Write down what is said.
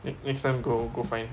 like next time go go find